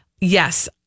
yes